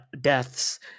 deaths